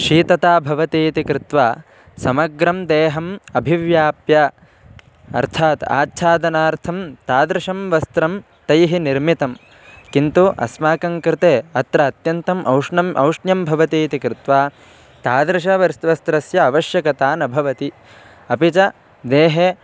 शीतता भवति इति कृत्वा समग्रं देहम् अभिव्याप्य अर्थात् आच्छादनार्थं तादृशं वस्त्रं तैः निर्मितं किन्तु अस्माकङ्कृते अत्र अत्यन्तम् औष्णम् औष्ण्यं भवति इति कृत्वा तादृशवस्त्रस्य अवश्यकता न भवति अपि च देहे